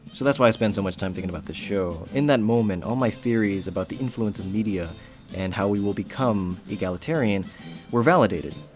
so that's why i spend so much time thinking about this show. in that moment, all my theories about the influence of media and how we will become egalitarian were validated.